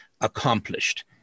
accomplished